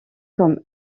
comme